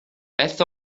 beth